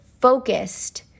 focused